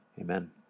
amen